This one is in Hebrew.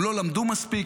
הם לא למדו מספיק,